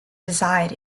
desired